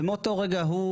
ומאותו רגע הוא